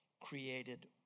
created